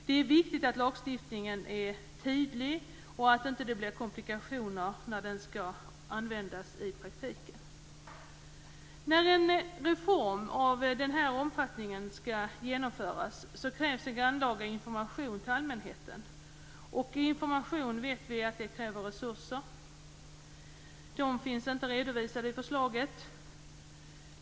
Det är viktigt att lagstiftningen är tydlig och att det inte blir komplikationer när den skall användas i praktiken. När en reform av den här omfattning skall genomföras krävs en grannlaga information till allmänheten, och information vet vi kräver resurser. De finns inte redovisade i förslaget.